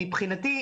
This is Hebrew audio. מבחינתי,